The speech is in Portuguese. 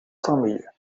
família